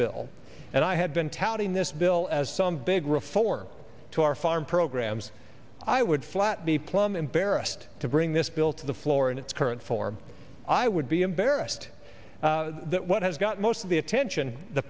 bill and i had been touting this bill as some big reform to our farm programs i would flat be plumb embarrassed to bring this bill to the floor in its current form i would be embarrassed that what has got most of the attention the